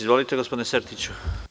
Izvolite, gospodine Sertiću.